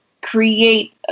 create